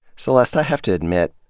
celeste, i have to admit,